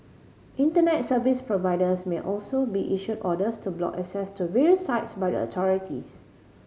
Internet service providers may also be issued orders to block access to various sites by the authorities